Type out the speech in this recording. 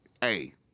Hey